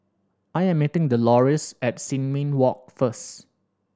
I'm meeting Delores at Sin Ming Walk first